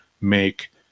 make